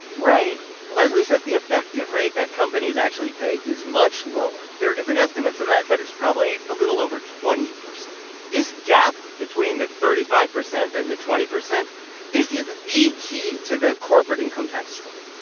right leslie says the effective rate that companies actually pay is much lower. there are different estimates of that, but it's probably a little over twenty percent this gap between the thirty five percent and the twenty percent this is the key to the corporate income tax story.